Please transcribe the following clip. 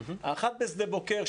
האחת בשדה בוקר,